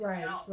Right